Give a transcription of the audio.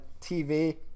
TV